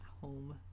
home